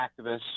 activists